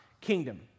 kingdom